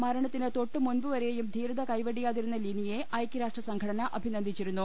മരണത്തിന് തൊട്ടുമുമ്പുവരെയും ധീരത കൈവെടിയാതിരുന്ന ലിനിയെ ഐക്യരാഷ്ട്രസംഘടന അഭിന ന്ദിച്ചിരുന്നു